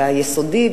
ביסודי,